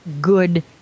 good